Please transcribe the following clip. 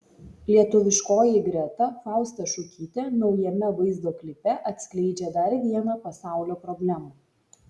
lietuviškoji greta fausta šukytė naujame vaizdo klipe atskleidžia dar vieną pasaulio problemą